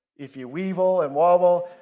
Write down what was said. if you wibble and wobble.